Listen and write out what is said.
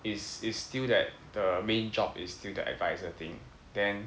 is is still that the main job is still the advisor thing then